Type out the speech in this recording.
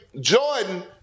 Jordan